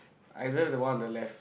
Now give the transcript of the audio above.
either the one on the left